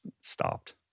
stopped